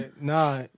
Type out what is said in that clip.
nah